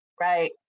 Right